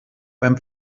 beim